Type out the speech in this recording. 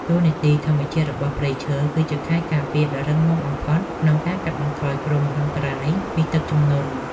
តួនាទីធម្មជាតិរបស់ព្រៃឈើ គឺជាខែលការពារដ៏រឹងមាំបំផុតក្នុងការកាត់បន្ថយគ្រោះមហន្តរាយពីទឹកជំនន់។